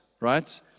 right